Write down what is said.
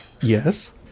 Yes